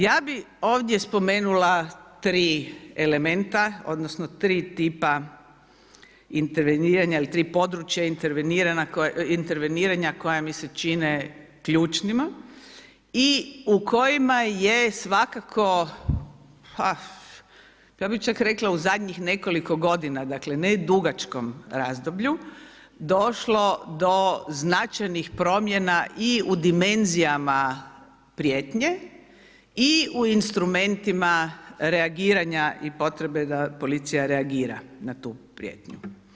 Ja bih ovdje spomenula tri elementa odnosno tri tipa interveniranja ili tri područja interveniranja koja mi se čine ključnima i u kojima je svakako ja bih čak rekla u zadnjih nekoliko godina, ne dugačkom razdoblju došlo do značajnih promjena i u dimenzijama prijetnje i u instrumentima reagiranja i potrebe da policije reagira na tu prijetnju.